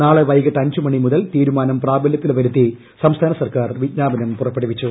നാളെ വൈകിട്ട് അഞ്ച് മണി മുതൽ തീരുമാനം പ്രാബലൃത്തിൽ വരുത്തി സംസ്ഥാന സർക്കാർ വിജ്ഞാപനം പുറപ്പെടുവിച്ചു